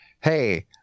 Hey